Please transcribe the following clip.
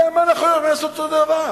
למה אנחנו לא יכולים לעשות אותו הדבר?